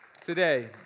today